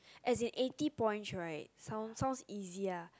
as an eighty point right sound easier